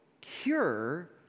cure